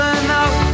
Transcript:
enough